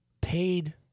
paid